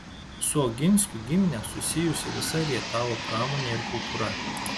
su oginskių gimine susijusi visa rietavo pramonė ir kultūra